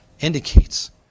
indicates